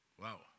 wow